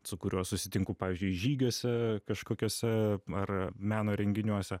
su kuriuo susitinku pavyzdžiui žygiuose kažkokiuose ar meno renginiuose